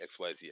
XYZ